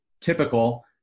typical